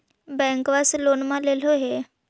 बैंकवा से लोनवा लेलहो हे?